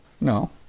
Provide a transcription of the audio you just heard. No